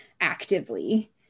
actively